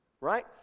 right